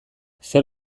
zer